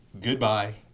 Goodbye